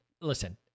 listen